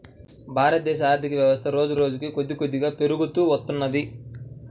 భారతదేశ ఆర్ధికవ్యవస్థ రోజురోజుకీ కొద్దికొద్దిగా పెరుగుతూ వత్తున్నది